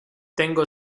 tengo